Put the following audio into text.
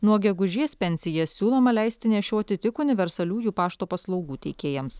nuo gegužės pensijas siūloma leisti nešioti tik universaliųjų pašto paslaugų teikėjams